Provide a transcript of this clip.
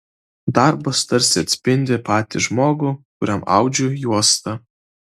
darbas tarsi atspindi patį žmogų kuriam audžiu juostą